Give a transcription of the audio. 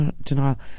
denial